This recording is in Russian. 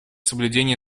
соблюдение